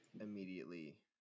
immediately